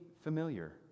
familiar